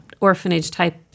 orphanage-type